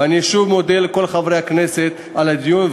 ואני שוב מודה לכל חברי הכנסת על הדיון,